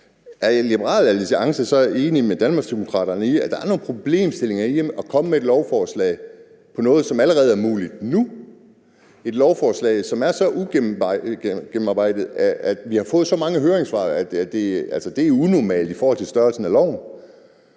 er Liberal Alliance så enig med Danmarksdemokraterne i, at der er nogle problemstillinger i at komme med et lovforslag om noget, som allerede er muligt nu; et lovforslag, som er så ugennemarbejdet, at vi har fået så mange høringssvar, at det er unormalt i forhold til størrelsen af